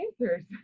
answers